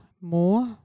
more